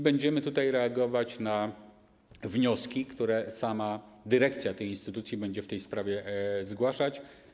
Będziemy reagować na wnioski, które sama dyrekcja tej instytucji będzie w tej sprawie zgłaszać.